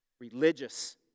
religious